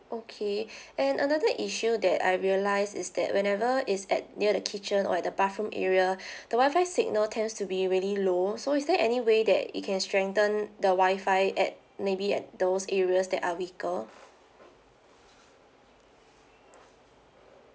okay and another issue that I realise is that whenever is at near the kitchen or the bathroom area the wi-fi signal tends to be really low so is there any way that you can strengthen the wi-fi at maybe at those areas that are weaker